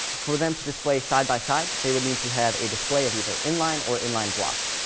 for them to display side by side, they would need to have a display of either inline or inline block.